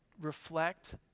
reflect